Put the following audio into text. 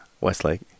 Westlake